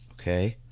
Okay